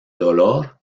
dolor